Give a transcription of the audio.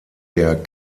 der